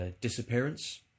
disappearance